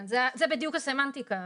זו בדיוק הסמנטיקה.